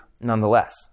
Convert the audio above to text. nonetheless